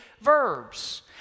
verbs